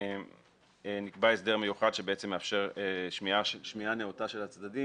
נקבע הסדר מיוחד שמאפשר שמיעה נאותה של הצדדים